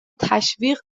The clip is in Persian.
تشویق